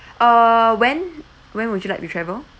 uh when when would you like to travel